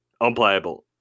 unplayable